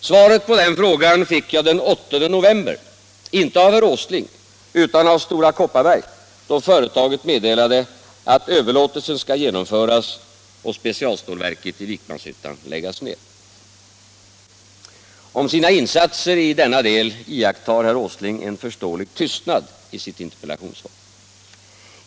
Svaret på den frågan fick jag den 8 november, inte av herr Åsling utan av Stora Kopparberg, som meddelade att överlåtelsen skall genomföras och specialstålverket i Vikmanshyttan läggas ner. Om sina insatser i denna del iakttar herr Åsling en förståelig tystnad i sitt interpellationssvar.